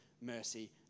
mercy